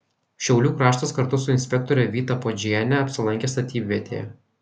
šiaulių kraštas kartu su inspektore vyta puodžiene apsilankė statybvietėje